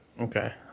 Okay